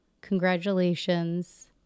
congratulations